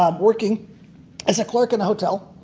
um working as a clerk in a hotel,